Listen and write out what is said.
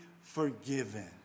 forgiven